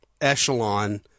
echelon